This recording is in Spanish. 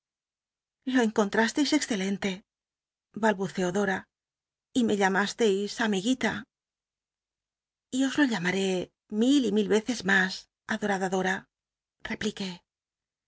con trasleis excelente balbuceó dora y me llamasteis amig ilu y os lo llamaré mil y mil veces mas adorad l dora repliqué